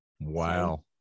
Wow